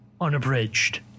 unabridged